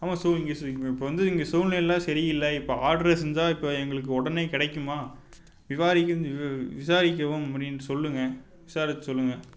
ஆமாம் ஸோ இங்கே ஸோ இங்கே இப்போ வந்து இங்க சூழ்நெலைலாம் சரி இல்லை இப்போ ஆட்ரஸ் இருந்தால் இப்போ எங்களுக்கு உடனே கிடைக்குமா இவ்வாறு விசாரிக்கவும் முடியும்னு சொல்லுங்க விசாரிச்சு சொல்லுங்க